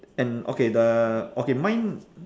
and okay the okay mine